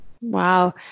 Wow